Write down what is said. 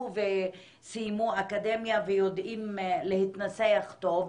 וסיימו אקדמיה ויודעים להתנסח טוב.